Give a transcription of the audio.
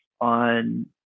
on